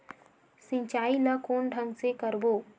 सिंचाई ल कोन ढंग से करबो?